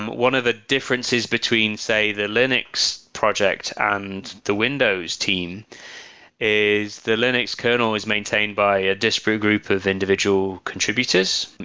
one of the differences between, say, the linux project and the windows team is the linux kernel is maintained by a disparate group of individual contributors.